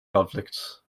conflicts